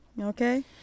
Okay